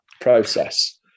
process